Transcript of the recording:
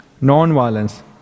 non-violence